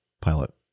pilot